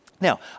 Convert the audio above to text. Now